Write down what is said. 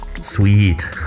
Sweet